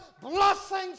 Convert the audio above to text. blessings